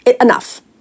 enough